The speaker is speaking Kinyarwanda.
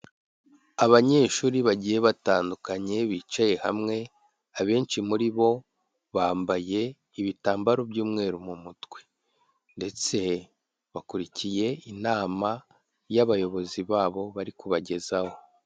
Abanyeshuri bagiye batandukanye bicaye hamwe, abenshi muri bo bambaye ibitambaro by'umweru mu mutwe ndetse bakurikiye inama y'abayobozi babo bari kubagezaho.